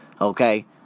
okay